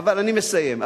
אני מסיים.